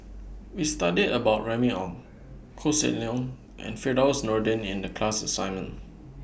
We studied about Remy Ong Koh Seng Leong and Firdaus Nordin in The class assignment